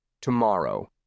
Tomorrow